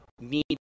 need